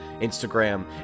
Instagram